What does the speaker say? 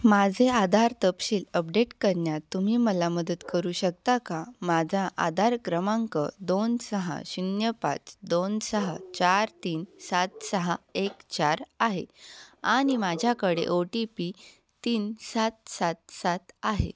माझे आधार तपशील अपडेट करण्यात तुम्ही मला मदत करू शकता का माझा आधार क्रमांक दोन सहा शून्य पाच दोन सहा चार तीन सात सहा एक चार आहे आणि माझ्याकडे ओ टी पी तीन सात सात सात आहे